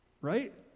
Right